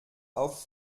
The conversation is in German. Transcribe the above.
auf